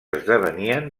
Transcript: esdevenien